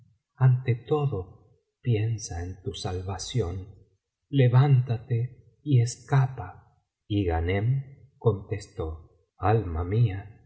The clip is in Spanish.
ante todo piensa en tu salvación levántate y escapa y ghanern contestó alma mía